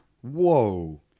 Whoa